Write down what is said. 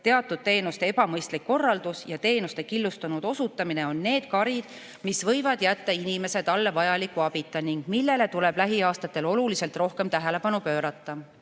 teatud teenuste ebamõistlik korraldus ja teenuste killustunud osutamine on need karid, mis võivad jätta inimese talle vajaliku abita ning millele tuleb lähiaastatel oluliselt rohkem tähelepanu pöörata.